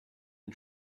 and